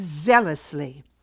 zealously